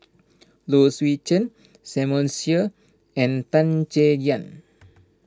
Low Swee Chen Samuel Dyer and Tan Chay Yan